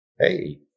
Hey